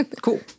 cool